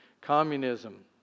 communism